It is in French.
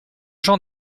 jean